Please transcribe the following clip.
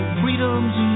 freedom's